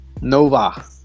nova